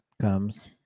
comes